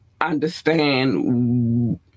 understand